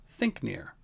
Thinknear